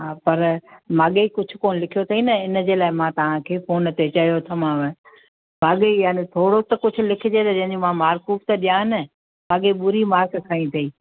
हा पर माॻेई कुझु कोन्ह कोन्ह लिखियो अथई न इनजे लाइ मां तव्हांखे फ़ोन ते चयो थो माव माॻेई आ न थोरो त कुझु लिखिजे त जंहिंजी मां मार्कूं बि त ॾियां न माॻेई ॿुड़ी मार्क खईं अथईं